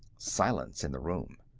silence in the room.